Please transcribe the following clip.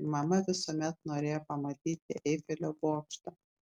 mama visuomet norėjo pamatyti eifelio bokštą